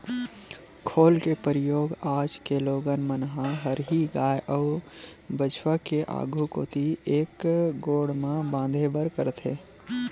खोल के परियोग आज के लोगन मन ह हरही गाय अउ बछवा के आघू कोती के एक गोड़ म बांधे बर करथे